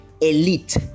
Elite